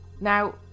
Now